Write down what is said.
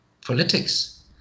politics